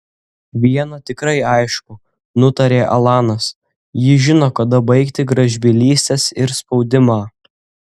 viena tikrai aišku nutarė alanas ji žino kada baigti gražbylystes ir spaudimą